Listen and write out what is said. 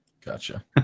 Gotcha